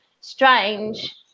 strange